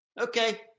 okay